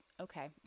okay